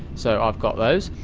so i've got those.